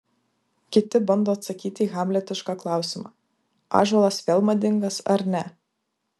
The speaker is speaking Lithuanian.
kiti bando atsakyti į hamletišką klausimą ąžuolas vėl madingas ar ne